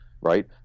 right